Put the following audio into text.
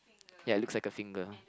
ya it looks like a finger